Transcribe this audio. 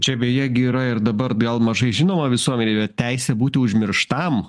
čia beje gi yra ir dabar gal mažai žinoma visuomenei bet teisė būti užmirštam